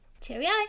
cheerio